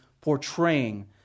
portraying